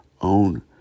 own